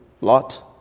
Lot